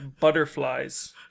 Butterflies